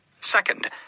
Second